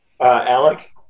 Alec